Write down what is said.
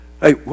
hey